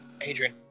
adrian